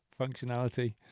functionality